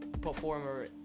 performer